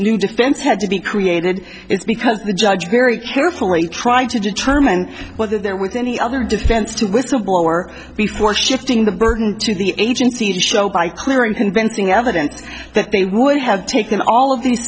new defense had to be created it's because the judge very carefully trying to determine whether there with any other defense to whistleblower before shifting the burden to the agency to show by clear and convincing evidence that they would have taken all of these